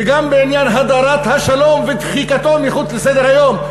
וגם בעניין הדרת השלום ודחיקתו אל מחוץ לסדר-היום.